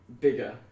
bigger